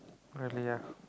really ah